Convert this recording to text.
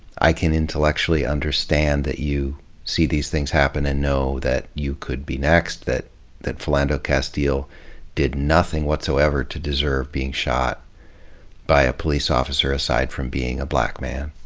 i can intellectually understand that you see these things happen and know that you could be next. that that philando castile did nothing whatsoever to deserve being shot by a police officer, aside from being a black man,